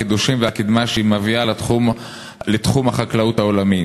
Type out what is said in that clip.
החידושים והקדמה שהיא מביאה לתחום החקלאות העולמי.